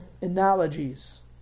analogies